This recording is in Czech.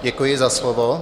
Děkuji za slovo.